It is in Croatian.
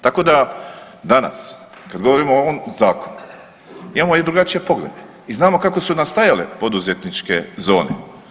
Tako da danas kad govorimo o ovom Zakonu, imamo i drugačije poglede i znamo kako su nastajala poduzetničke zone.